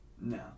no